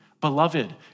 Beloved